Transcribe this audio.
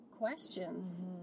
Questions